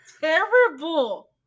terrible